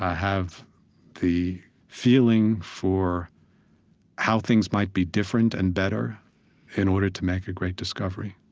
have the feeling for how things might be different and better in order to make a great discovery.